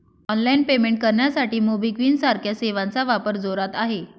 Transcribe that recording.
online payment करण्यासाठी MobiKwik सारख्या सेवांचा वापर जोरात आहे